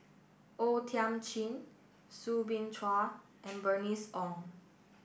O Thiam Chin Soo Bin Chua and Bernice Ong